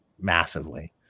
massively